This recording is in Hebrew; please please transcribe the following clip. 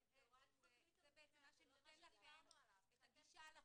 למפקח שזה לדעתי צריך לכתוב מפורשות,